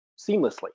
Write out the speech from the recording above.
seamlessly